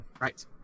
Right